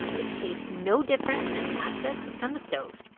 it tastes no different than pasta cooked on the stove.